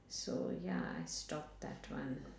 so ya I stopped that one